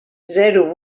zero